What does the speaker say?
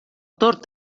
tord